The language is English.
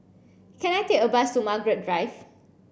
can I take a bus to Margaret Drive